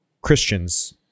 Christians